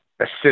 assist